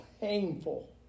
painful